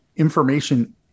Information